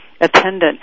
attendant